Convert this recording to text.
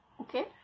Okay